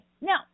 now